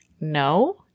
No